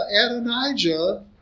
Adonijah